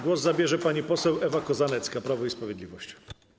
Głos zabierze pani poseł Ewa Kozanecka, Prawo i Sprawiedliwość.